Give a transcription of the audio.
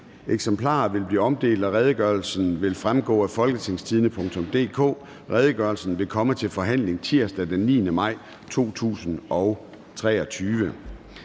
Eksemplarer vil blive omdelt, og redegørelsen vil fremgå af www.folketingstidende.dk. Redegørelsen vil komme til forhandling tirsdag den 9. maj 2023.